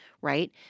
right